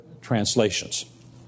translations